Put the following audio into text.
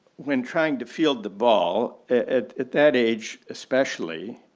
when trying to field the ball at at that age, especially,